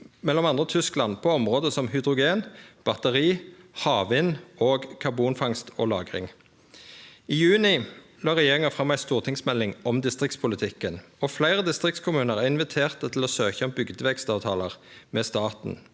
med m.a. Tyskland på område som hydrogen, batteri, havvind og karbonfangst og -lagring. I juni la regjeringa fram ei stortingsmelding om distriktspolitikken, og fleire distriktskommunar er inviterte til å søkje om bygdevekstavtalar med staten.